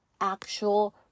actual